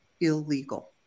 illegal